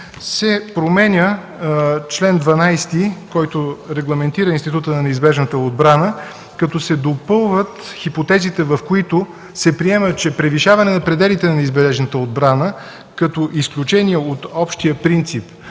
се променя чл. 12, който регламентира института на неизбежната отбрана, като се допълват хипотезите, в които се приема, че превишаване пределите на неизбежната отбрана, като изключение от общия принцип,